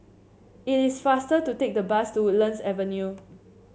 it is faster to take the bus to Woodlands Avenue